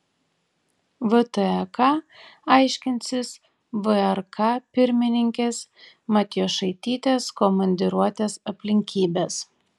vtek aiškinsis vrk pirmininkės matjošaitytės komandiruotės aplinkybes